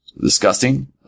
disgusting